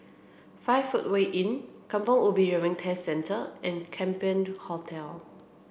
five footway Inn Kampong Ubi Driving Test Centre and Champion Hotel